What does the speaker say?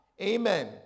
Amen